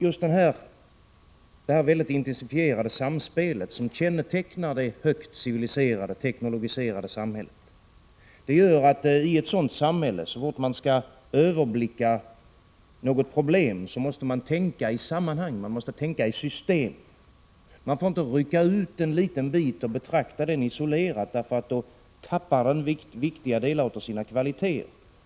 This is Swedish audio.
Just det väldigt intensifierade samspel som kännetecknar det högt civiliserade, teknologiska samhället gör att man så fort man skall överblicka något problem måste tänka i sammanhang, i system. Man får inte rycka ut en liten bit och betrakta den isolerat, för då tappar den viktiga delar av sina kvaliteter.